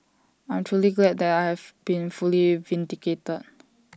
I'm truly glad that I have been fully vindicated